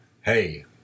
hey